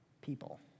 people